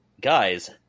guys